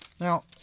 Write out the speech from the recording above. Now